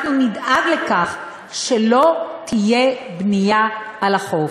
אנחנו נדאג לכך שלא תהיה בנייה על החוף.